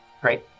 Great